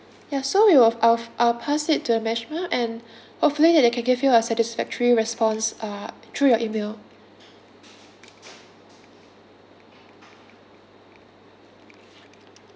ya so we will I'll I will pass it to the management and hopefully that they can give you a satisfactory response uh through your email